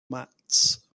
mats